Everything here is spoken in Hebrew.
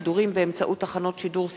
ועל מנת שהיא תבוא ותסיק מסקנות שאותן